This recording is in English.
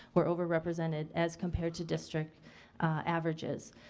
were over represented as compared to district averages.